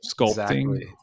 sculpting